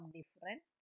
different